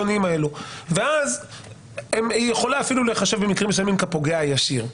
היא יכולה אפילו להיחשב במקרים מסוימים כפוגע ישיר,